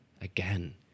Again